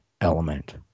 element